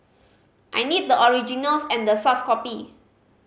I need the originals and the soft copy